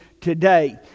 today